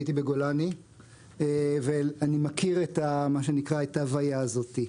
הייתי בגולני ואני מכיר את ההוויה הזאת.